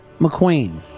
McQueen